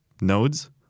nodes